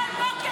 ממש דמוקרטיה.